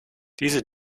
diese